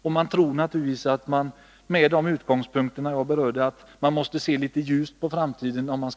Med den utgångspunkt som jag har talat om, nämligen att det är nödvändigt att se litet ljust på framtiden,